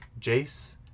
Jace